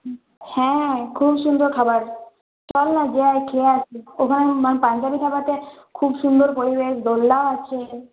হ্যাঁ খুব সুন্দর খাবার চলনা যাই খেয়ে আসি ওখানে মানে পাঞ্জাবি ধাবাতে খুব সুন্দর পরিবেশ দোলনা আছে